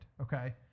okay